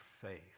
faith